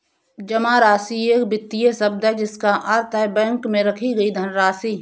जमा राशि एक वित्तीय शब्द है जिसका अर्थ है बैंक में रखी गई धनराशि